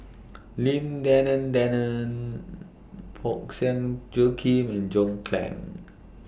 Lim Denan Denon Parsick Joaquim and John Clang